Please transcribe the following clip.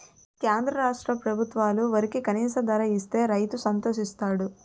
కేంద్ర రాష్ట్ర ప్రభుత్వాలు వరికి కనీస ధర ఇస్తే రైతు సంతోషిస్తాడు